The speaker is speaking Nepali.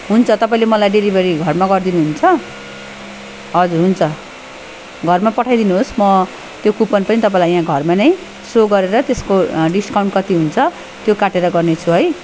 हुन्छ तपाईँले मलाई डेलिभरी घरमा गरिदिनु हुन्छ हजुर हुन्छ घरमा पठाइदिनु होस् म त्यो कुपन पनि तपाईँलाई यहाँ घरमा नै सो गरेर त्यसको डिस्काउन्ट कति हुन्छ त्यो काटेर गर्नेछु है